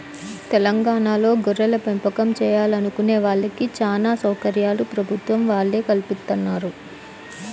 తెలంగాణాలో గొర్రెలపెంపకం చేయాలనుకునే వాళ్ళకి చానా సౌకర్యాలు ప్రభుత్వం వాళ్ళే కల్పిత్తన్నారు